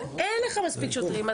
אבל אין לך מספיק שוטרים.